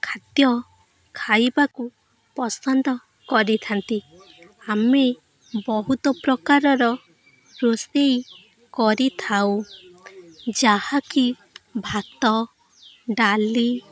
ଖାଦ୍ୟ ଖାଇବାକୁ ପସନ୍ଦ କରିଥାନ୍ତି ଆମେ ବହୁତୁ ପ୍ରକାରର ରୋଷେଇ କରିଥାଉ ଯାହାକି ଭାତ ଡାଲି